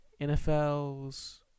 NFL's